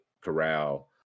Corral